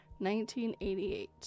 1988